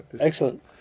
Excellent